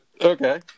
Okay